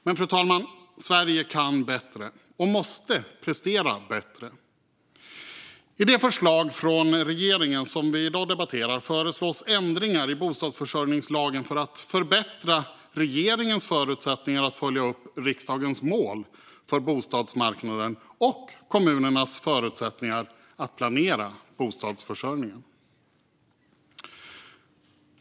Men, fru talman, Sverige kan bättre och måste prestera bättre. I det förslag från regeringen som vi i dag debatterar föreslås ändringar i bostadsförsörjningslagen för att förbättra regeringens förutsättningar att följa upp riksdagens mål för bostadsmarknaden och kommunernas förutsättningar att planera bostadsförsörjningen.